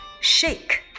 shake